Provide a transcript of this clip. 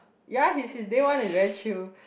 ya his his day one is very chill